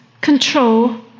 control